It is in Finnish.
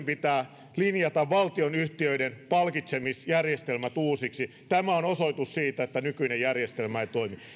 pitää ylipäätänsä linjata valtionyhtiöiden palkitsemisjärjestelmät uusiksi tämä on osoitus siitä että nykyinen järjestelmä ei toimi